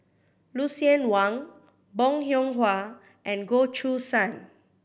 Lucien Wang Bong Hiong Hwa and Goh Choo San